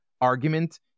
argument